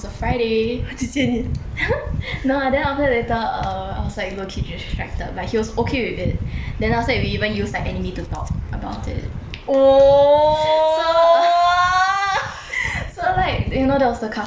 no lah then after that later err I was like low key distracted but he was okay with it then after that we even use like anime to talk about it so err so like you know there was the kahoot part right